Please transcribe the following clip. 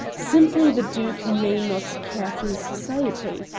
simply the duke may not care for his society.